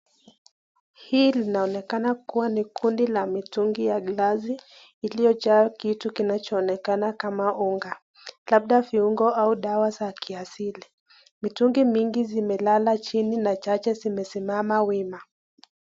Hili linaonekana kuwa ni kundi la mitungi ya glasi iliyojaa kitu kinachoonekana kama unga. Labda viungo au dawa za kiasili. Mitungi mingi zimelala chini na chache zimesimama wima.